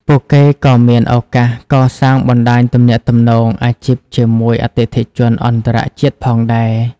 ពួកគេក៏មានឱកាសកសាងបណ្តាញទំនាក់ទំនងអាជីពជាមួយអតិថិជនអន្តរជាតិផងដែរ។